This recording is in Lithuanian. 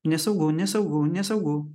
nesaugu nesaugu nesaugu